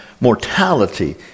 mortality